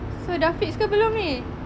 so dah fix ke belum ni